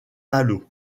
malo